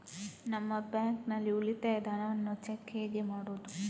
ನಮ್ಮ ಬ್ಯಾಂಕ್ ನಲ್ಲಿ ಉಳಿತಾಯದ ಹಣವನ್ನು ಚೆಕ್ ಹೇಗೆ ಮಾಡುವುದು?